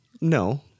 no